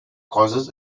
causes